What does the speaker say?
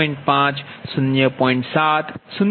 5 0